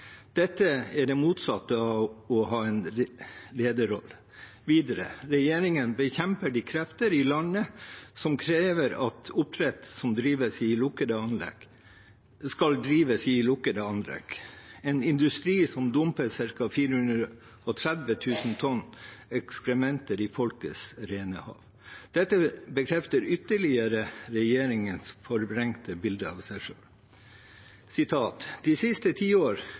Dette er det motsatte av å ha en lederrolle. Videre: Regjeringen bekjemper de krefter i landet som krever at oppdrett skal drives i lukkede anlegg – i en industri som dumper ca. 430 000 tonn ekskrementer i folkets rene hav. Dette bekrefter ytterligere regjeringens forvrengte bilde av seg selv. Jeg siterer videre fra regjeringserklæringen: «De siste